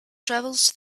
travels